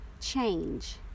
change